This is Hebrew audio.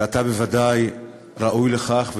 ואתה בוודאי ראוי לכך,